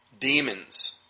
demons